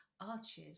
arches